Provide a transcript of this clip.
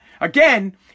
Again